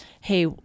hey